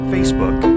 Facebook